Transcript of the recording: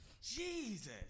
Jesus